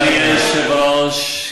אדוני היושב-ראש,